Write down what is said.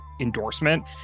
endorsement